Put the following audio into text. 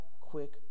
quick